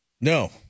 No